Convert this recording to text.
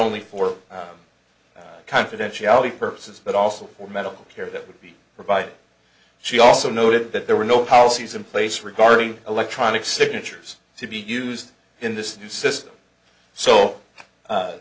only for confidentiality purposes but also for medical care that would be provided she also noted that there were no policies in place regarding electronic signatures to be used in this new system so